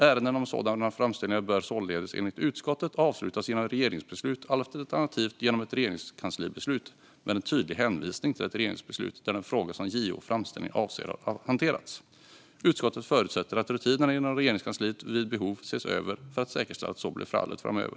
Ärenden om sådana framställningar bör således enligt utskottet avslutas genom regeringsbeslut, alternativt genom ett regeringskanslibeslut med en tydlig hänvisning till ett regeringsbeslut där den fråga som JO:s framställning avser har hanterats. Utskottet förutsätter att rutinerna inom Regeringskansliet vid behov ses över för att säkerställa att så blir fallet framöver.